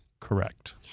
Correct